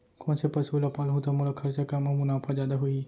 कोन से पसु ला पालहूँ त मोला खरचा कम अऊ मुनाफा जादा होही?